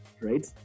right